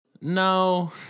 No